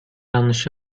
yanlış